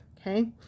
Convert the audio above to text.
okay